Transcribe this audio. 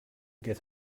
get